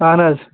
اَہَن حظ